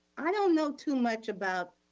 i don't know too much about,